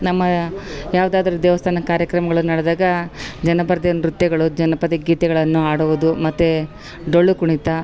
ನಮ್ಮ ಯಾವುದಾದರು ದೇವಸ್ಥಾನ ಕಾರ್ಯಕ್ರಮಗಳು ನಡೆದಾಗ ಜನಪದ ನೃತ್ಯಗಳು ಜನಪದ ಗೀತೆಗಳನ್ನು ಆಡುವುದು ಮತ್ತು ಡೊಳ್ಳು ಕುಣಿತ